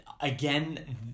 Again